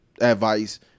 advice